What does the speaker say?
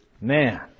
man